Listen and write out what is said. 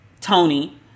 Tony